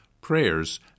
prayers